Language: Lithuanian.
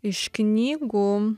iš knygų